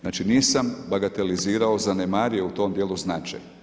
Znači, nisam bagatelizirao, zanemario u tom dijelu značaj.